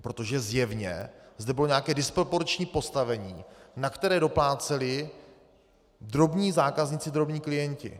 Protože zjevně zde bylo nějaké disproporční postavení, na které dopláceli drobní zákazníci, drobní klienti.